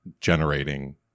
generating